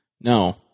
No